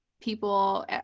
people